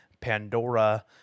Pandora